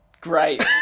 Great